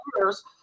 years